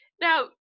now